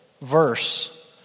verse